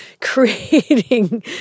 creating